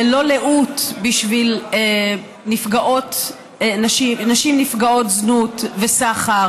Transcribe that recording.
ללא לאות בשביל נשים נפגעות זנות וסחר